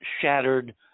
shattered